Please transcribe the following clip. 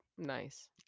nice